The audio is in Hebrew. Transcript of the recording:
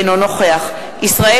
אינו נוכח ישראל